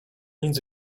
nic